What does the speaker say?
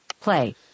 Play